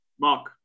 Mark